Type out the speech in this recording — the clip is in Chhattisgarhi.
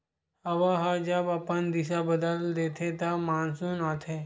हवा ह जब अपन दिसा बदल देथे त मानसून आथे